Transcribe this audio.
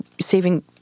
saving